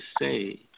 say